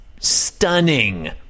stunning